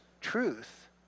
truth